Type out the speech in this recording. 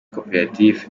koperative